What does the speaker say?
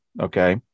okay